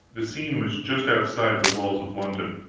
the scene was just outside the walls of london.